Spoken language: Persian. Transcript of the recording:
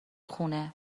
خونه